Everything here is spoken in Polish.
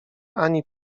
ani